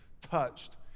touched